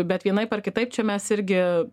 bet vienaip ar kitaip čia mes irgi